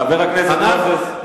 חבר הכנסת מוזס.